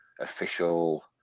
official